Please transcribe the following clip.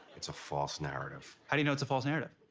it's a false narrative. how do you know its a false narrative?